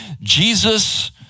Jesus